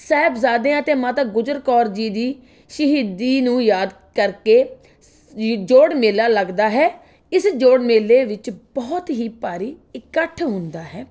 ਸਾਹਿਬਜ਼ਾਦਿਆਂ ਅਤੇ ਮਾਤਾ ਗੁਜਰ ਕੌਰ ਜੀ ਦੀ ਸ਼ਹੀਦੀ ਨੂੰ ਯਾਦ ਕਰਕੇ ਜੋੜ ਮੇਲਾ ਲੱਗਦਾ ਹੈ ਇਸ ਜੋੜ ਮੇਲੇ ਵਿੱਚ ਬਹੁਤ ਹੀ ਭਾਰੀ ਇਕੱਠ ਹੁੰਦਾ ਹੈ